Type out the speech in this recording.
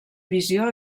visió